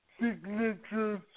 signatures